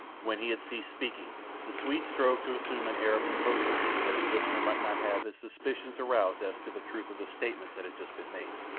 when he had ceased speaking the swede strove to assume an air of composure that his listener might not have his suspicions aroused as to the truth of the statements that had just been made.